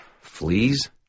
Fleas